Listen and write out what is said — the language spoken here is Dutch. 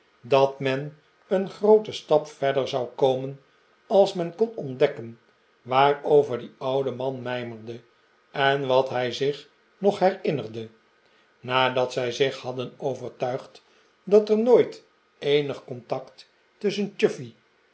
dat men een grooten stap verder zou komen als men kon ontdekken waarover die oude man mijmerde en wat hij zich nog herinnerde nadat zij zich hadden overtuigd dat er nooit eenig contact tusschen